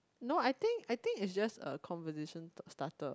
no I think I think it's just a conversation starter